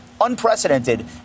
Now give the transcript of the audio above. unprecedented